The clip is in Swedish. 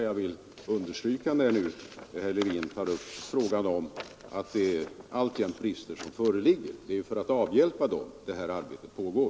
Jag vill understryka detta, när herr Levin nu berör de brister som alltjämt föreligger. Det är för att avhjälpa dessa brister som detta arbete pågår.